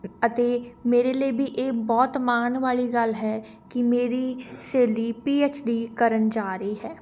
ਅਤੇ ਮੇਰੇ ਲਈ ਵੀ ਇਹ ਬਹੁਤ ਮਾਣ ਵਾਲੀ ਗੱਲ ਹੈ ਕਿ ਮੇਰੀ ਸਹੇਲੀ ਪੀਐੱਚਡੀ ਕਰਨ ਜਾ ਰਹੀ ਹੈ